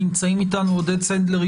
נמצאים אתנו עודד סנדלר,